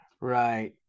Right